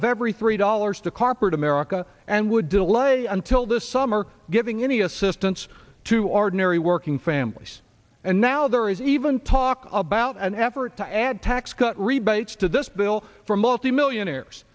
of every three dollars to corporate america and would delay until the summer giving any assistance to ordinary working families and now there is even talk about an effort to add tax cut rebates to this bill for multimillionaires